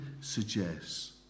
suggests